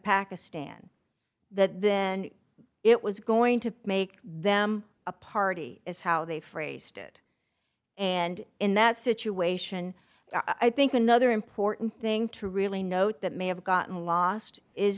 pakistan that then it was going to make them a party is how they phrased it and in that situation i think another important thing to really note that may have gotten lost is